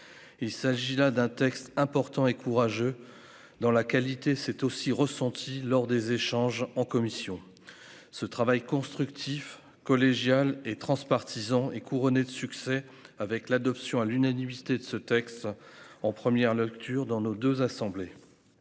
Il s'agit là d'un texte important et courageux dans la qualité, c'est aussi ressenti lors des échanges en commission ce travail constructif collégiale et transpartisan et couronnée de succès avec l'adoption à l'unanimité de ce texte en première lecture dans nos 2 assemblées.